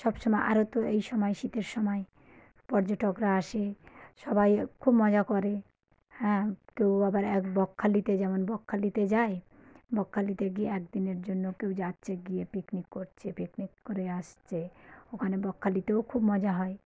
সবসময় আরও তো এই সময় শীতের সময় পর্যটকরা আসে সবাই খুব মজা করে হ্যাঁ কেউ আবার এক বকখালিতে যেমন বকখালিতে যায় বকখালিতে গিয়ে একদিনের জন্য কেউ যাচ্ছে গিয়ে পিকনিক করছে পিকনিক করে আসছে ওখানে বকখালিতেও খুব মজা হয়